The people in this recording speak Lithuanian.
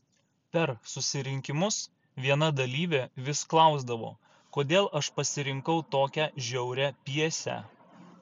per susirinkimus viena dalyvė vis klausdavo kodėl aš pasirinkau tokią žiaurią pjesę